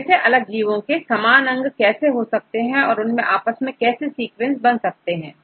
कैसे अलग जीवो के समान अंग कैसे हो सकते हैं उनके आपस में कैसे सीक्वेंस बन सकते हैं